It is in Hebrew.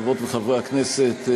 חברות וחברי הכנסת,